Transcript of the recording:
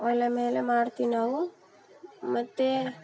ಒಲೆ ಮೇಲೆ ಮಾಡ್ತೀವಿ ನಾವು ಮತ್ತು